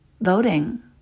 voting